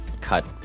cut